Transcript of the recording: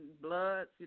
Bloods